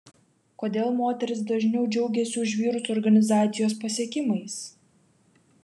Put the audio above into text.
kodėl moterys dažniau džiaugiasi už vyrus organizacijos pasiekimais